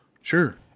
Sure